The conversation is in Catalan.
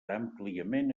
àmpliament